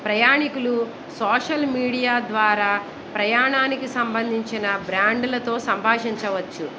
ప్రయాణీకులు social media ద్వారా ప్రయాణానికి సంబంధించిన బ్రాండ్లతో సంభాషించవచ్చు